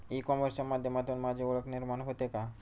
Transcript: E कॉमर्सच्या माध्यमातून माझी ओळख निर्माण होते का?